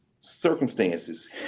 circumstances